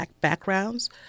backgrounds